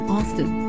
Austin